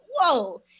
whoa